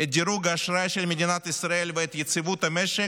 את דירוג האשראי של מדינת ישראל ואת יציבות המשק,